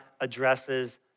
addresses